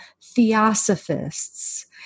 Theosophists